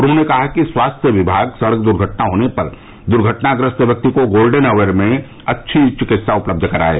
उन्होंने कहा कि स्वास्थ्य विभाग सड़क दुर्घटना होने पर दुर्घटनाग्रस्त व्यक्ति को गोल्डेन आवर में अच्छी चिकित्सा उपलब्ध कराये